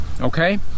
Okay